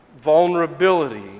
Vulnerability